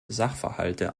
sachverhalte